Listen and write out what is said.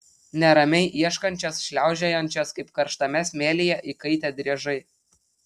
neramiai ieškančias šliaužiojančias kaip karštame smėlyje įkaitę driežai